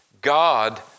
God